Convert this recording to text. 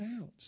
out